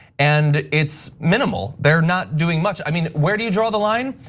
and it's minimal. they're not doing much, i mean, where do you draw the line?